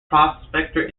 prospector